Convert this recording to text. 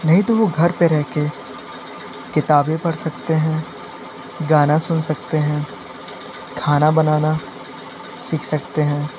नहीं तो वो घर पर रह कर किताबें पढ़ सकते हैं गाना सुन सकते हैं खाना बनाना सीख सकते हैं